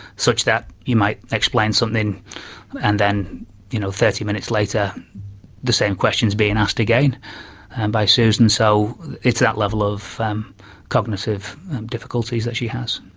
such that you might explain something and then you know thirty minutes later the same question is being asked again by susan. so it's that level of um cognitive difficulties that she has.